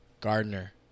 Gardner